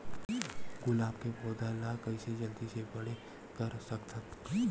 गुलाब के पौधा ल कइसे जल्दी से बड़े कर सकथन?